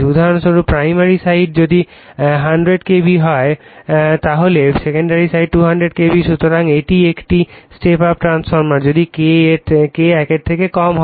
উদাহরণস্বরূপ primary side যদি 100 KB হয় তাহলে সেকেন্ডারি সাইড হয় 200 KB সুতরাং এটি একটি স্টেপ আপ ট্রান্সফরমার যদি K এর থেকে কম হয়